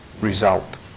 result